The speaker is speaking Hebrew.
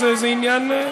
זה עניין,